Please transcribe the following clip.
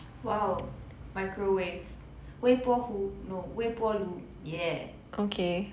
!wow! microwave 微波壶 no 微波炉 ya